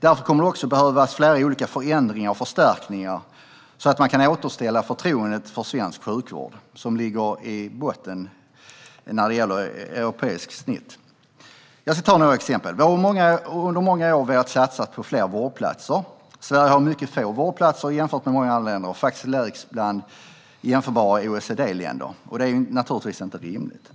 Därför kommer det också att behövas flera olika förändringar och förstärkningar så att man kan återställa förtroendet för svensk sjukvård, som ligger i botten sett till europeiskt snitt. Jag ska ta några exempel. Vi har under många år velat satsa på fler vårdplatser. Sverige har mycket få vårdplatser jämfört med många andra länder. Antalet är faktiskt lägst bland jämförbara OECD-länder, och det är naturligtvis inte rimligt.